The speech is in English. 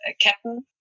captain